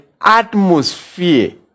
atmosphere